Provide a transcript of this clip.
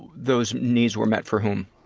those needs were met for whom?